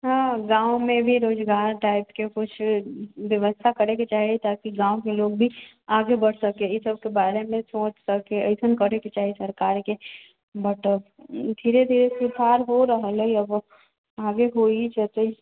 हँ गावसब मे भी रोजगार टाइप के किछु व्यवस्था करैके चाही ताकि गावके लोकभी आगू बढ़ि सकैया ईसबके बारेमे सोचि सकै ऐसन करैके चाही सरकारके बट धीरे धीरे सुधार हो रहल अछि आगे होहि जेतय